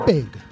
Big